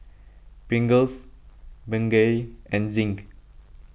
Pringles Bengay and Zinc